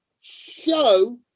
show